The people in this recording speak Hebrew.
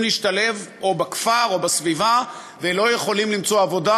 להשתלב או בכפר או בסביבה ולא יכולים למצוא עבודה,